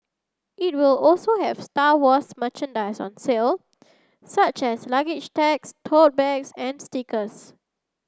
it will also have Star Wars merchandise on sale such as luggage tags tote bags and stickers